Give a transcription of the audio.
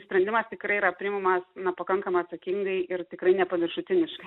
sprendimas tikrai yra priimamas na pakankamai atsakingai ir tikrai nepaviršutiniškai